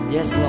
Yes